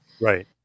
right